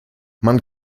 man